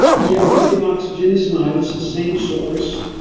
yeah welding oxygen is not, it's the same source.